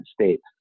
States